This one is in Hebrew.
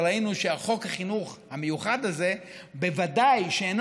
וראינו שחוק החינוך המיוחד הזה ודאי שאינו